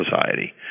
society